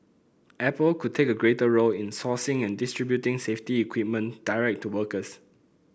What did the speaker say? Apple could take a greater role in sourcing and distributing safety equipment direct to workers